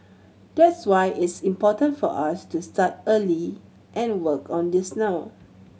that's why it's important for us to start early and work on this now